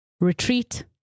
Retreat